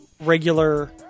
regular